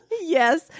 Yes